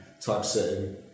typesetting